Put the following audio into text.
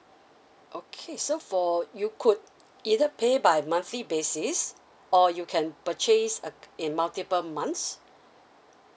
okay so for you could either pay by monthly basis or you can purchase err in multiple months